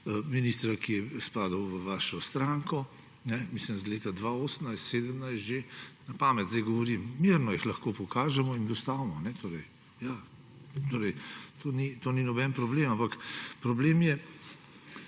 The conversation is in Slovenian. ministra, ki je spadal v vašo stranko, mislim iz leta 2018, že 2017. Na pamet zdaj govorim. Mirno jih lahko pokažemo in dostavimo, ja. To ni noben problem, ampak problem je,